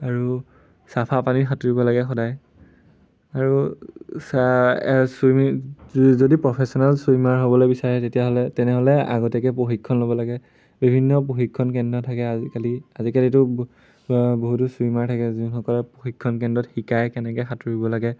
আৰু চাফা পানীত সাঁতুৰিব লাগে সদায় আৰু চ চুইমিং যদি প্ৰফেচনেল চুইমাৰ হ'বলৈ বিচাৰে তেতিয়াহ'লে তেনেহ'লে আগতীয়াকে প্ৰশিক্ষণ ল'ব লাগে বিভিন্ন প্ৰশিক্ষণ কেন্দ্ৰ থাকে আজিকালি আজিকালিতো বহুতো চুইমাৰ থাকে যোনসকলে প্ৰশিক্ষণ কেন্দ্ৰত শিকায় কেনেকে সাঁতুৰিব লাগে